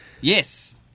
Yes